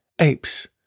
apes